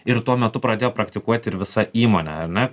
ir tuo metu pradėjo praktikuoti ir visa įmonė ar ne